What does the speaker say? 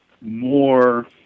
more